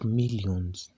millions